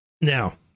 Now